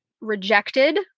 rejected